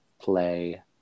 play